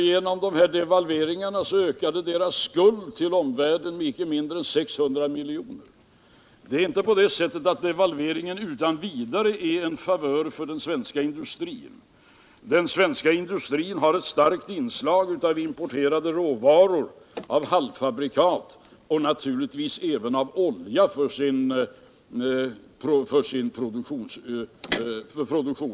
Genom dessa devalveringar ökade dess skuld till omvärlden med inte mindre än 600 milj.kr. En devalvering är inte utan vidare en favör för den svenska industrin, som har ett starkt inslag av importerade råvaror och halvfabrikat och naturligtvis även av olja för produktionens fortgång.